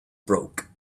broke